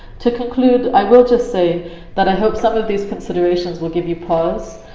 to conclude i will just say that i hope some of these considerations will give you pause,